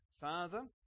Father